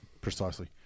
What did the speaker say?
precisely